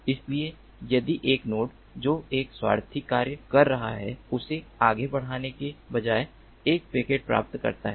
इसलिए यदि एक नोड जो एक स्वार्थी कार्य कर रहा है इसे आगे बढ़ाने के बजाय एक पैकेट प्राप्त करता है